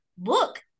look